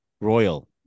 royal